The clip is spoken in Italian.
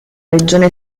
regione